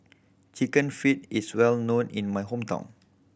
Chicken Feet is well known in my hometown